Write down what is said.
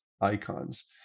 icons